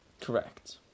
Correct